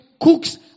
cooks